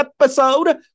episode